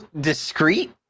discreet